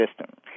system